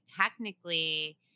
technically